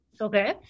Okay